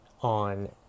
On